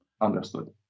Understood